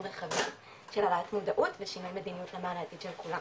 רחבים של העלאת מודעות ושינוי מדינות של כולם.